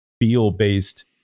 feel-based